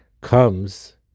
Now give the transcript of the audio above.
comes